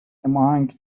among